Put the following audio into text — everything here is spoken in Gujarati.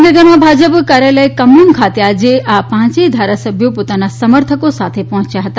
ગાંધીનગરમાં ભાજપ કાર્યાલય કમલમ ખાતે આજે આ પાંચેથ ધારાસભ્યો પોતાના સમર્થકો સાથે પહોંચ્યા હતા